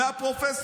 מהפרופ'